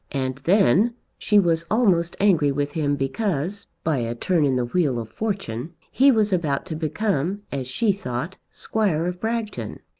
and then she was almost angry with him because, by a turn in the wheel of fortune, he was about to become, as she thought, squire of bragton.